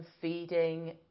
feeding